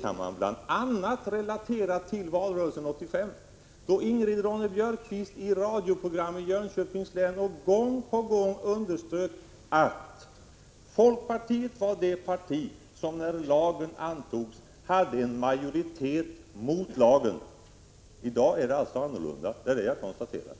kan man bl.a. relatera till valrörelsen 1985, då Ingrid Ronne Björkqvist i radioprogram över Jönköpings län gång på gång underströk att folkpartiet var det parti som när abortlagen antogs hade en majoritet emot lagen. I dag är det alltså annorlunda, och det var detta jag konstaterade.